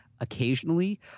occasionally